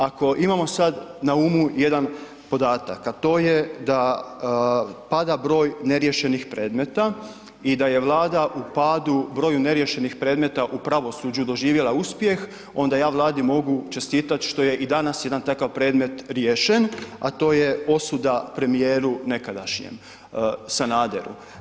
Ako imamo sad na umu jedan podatak, a to je da pada broj neriješenih predmeta, i da je Vlada u padu broju neriješenih predmeta u pravosuđu doživjela uspjeh, onda ja Vladi mogu čestitat što je i danas jedan takav predmet riješen, a to je osuda premijeru nekadašnjem, Sanaderu.